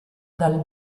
dal